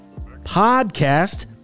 Podcast